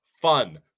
fun